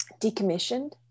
decommissioned